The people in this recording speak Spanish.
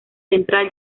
central